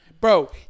Bro